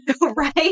Right